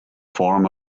form